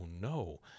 no